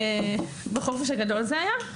בחופש הגדול זה היה.